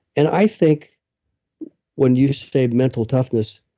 and i think when you say mental toughness,